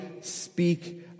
speak